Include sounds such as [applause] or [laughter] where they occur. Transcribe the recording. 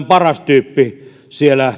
[unintelligible] paras tyyppi siellä